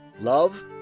love